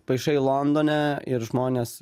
paišai londone ir žmonės